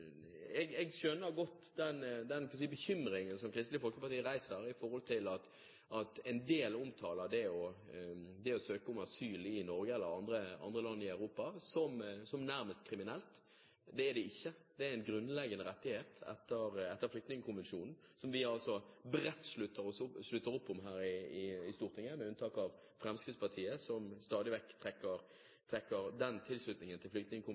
Jeg skjønner godt den bekymringen som Kristelig Folkeparti har når det gjelder det at en del omtaler det å søke om asyl i Norge eller i andre land i Europa som nærmest kriminelt. Det er det ikke. Det er en grunnleggende rettighet etter Flyktningkonvensjonen som vi bredt slutter oss til her i Stortinget, med unntak av Fremskrittspartiet, som stadig vekk trekker tilslutningen til